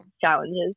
challenges